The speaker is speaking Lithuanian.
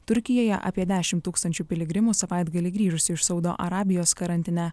turkijoje apie dešimt tūkstančių piligrimų savaitgalį grįžusių iš saudo arabijos karantine